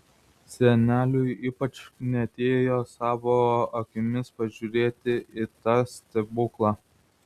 seneliui ypač knietėjo savo akimis pažiūrėti į tą stebuklą